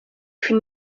fut